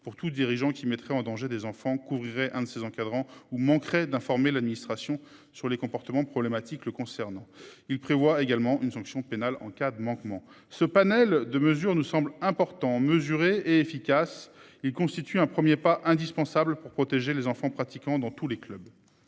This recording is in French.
pour tout dirigeant qui mettrait en danger des enfants couvrirait un de ces encadrant ou manquerait d'informer l'administration sur les comportements problématiques le concernant. Il prévoit également une sanction pénale en cas de manquement ce panel de mesures nous semble important. Et efficace. Il constitue un 1er pas indispensable pour protéger les enfants pratiquant dans tous les clubs.